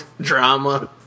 drama